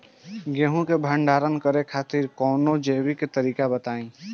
गेहूँ क भंडारण करे खातिर कवनो जैविक तरीका बताईं?